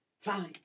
Fine